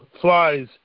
flies